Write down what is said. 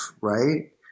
right